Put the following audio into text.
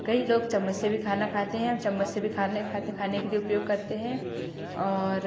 कई लोग चम्मच से भी खाना खाते हैं और चम्मच से भी खाने खाते खाने के लिए उपयोग करते हैं और